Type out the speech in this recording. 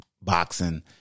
boxing